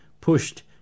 pushed